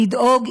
לדאוג,